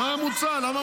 מוצה, מוצה.